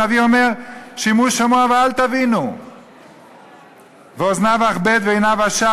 הנביא אומר: "שמעו שמוע ואל תבינו ואזניו הכבד ועיניו השע